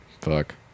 Fuck